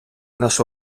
наш